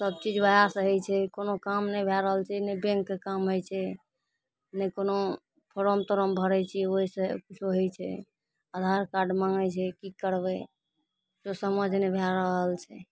सभचीज ओहएसँ होइत छै कोनो काम नहि भए रहल छै नहि बैंकके काम होइत छै नहि कोनो फोरम तोरम भरै छियै ओहिसँ किछु होइत छै आधारकार्ड मँगै छै की करबै किछु समझ नहि भए रहल छै